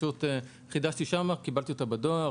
חידשתי אותו וקיבלתי אותו בדואר.